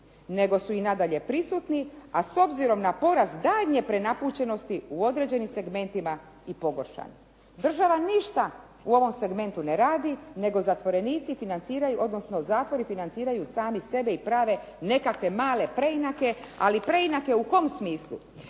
nego su i dalje prisutni a s obzirom na porast daljnje prenapučenosti u određenim segmentima i pogoršani. Država ništa u ovom segmentu ne radi nego zatvorenici financiraju odnosno zatvori financiraju sami sebe i prave nekakve male preinake ali preinake u kom smislu,